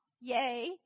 Yay